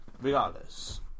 Regardless